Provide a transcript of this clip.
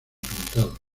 pintado